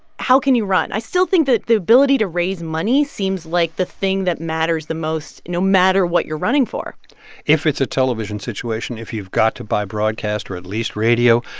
how can you run? i still think that the ability to raise money seems like the thing that matters the most, no matter what you're running for if it's a television situation, if you've got to buy broadcast or at least radio,